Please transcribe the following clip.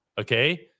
Okay